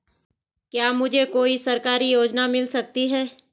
क्या मुझे कोई सरकारी योजना मिल सकती है?